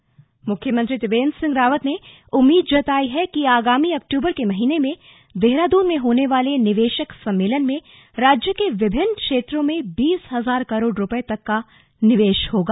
संवाददाता बातचीत मुख्यमंत्री त्रिवेन्द्र सिंह रावत ने उम्मीद जताई है कि आगामी अक्टूबर के महीने में देहरादून में होने वाले निवेशक सम्मेलन में राज्य के विभिन्न क्षेत्रों में बीस हजार करोड़ रुपए तक का निवेश होगा